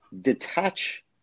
detach